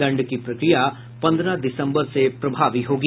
दंड की प्रक्रिया पन्द्रह दिसम्बर से प्रभावी होगी